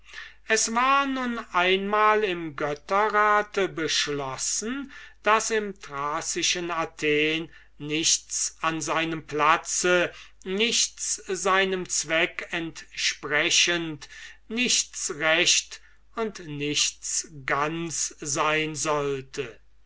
es war nun einmal im götterrate beschlossen daß im thracischen athen nichts an seinem platz nichts seinem zweck entsprechend nichts recht und nichts ganz sein sollte